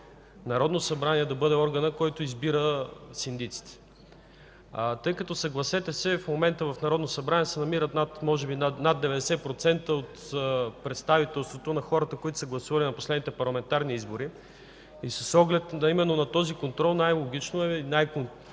Народното събрание да бъде органът, който избира синдиците. Тъй като, съгласете се, в момента в Народното събрание се намира може би над 90% от представителството на хората, които са гласували на последните парламентарни избори, и с оглед именно на този контрол най-логично и най-прозрачно